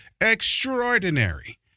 extraordinary